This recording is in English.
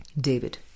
David